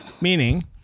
Meaning